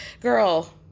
girl